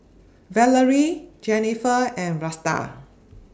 Valarie Jennifer and Vlasta